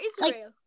Israel